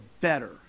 better